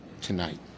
tonight